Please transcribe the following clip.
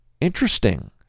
Interesting